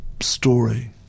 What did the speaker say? story